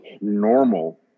normal